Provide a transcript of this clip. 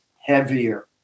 heavier